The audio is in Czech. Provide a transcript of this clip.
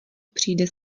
přijde